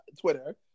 Twitter